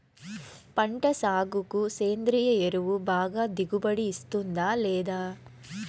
పంట సాగుకు సేంద్రియ ఎరువు బాగా దిగుబడి ఇస్తుందా లేదా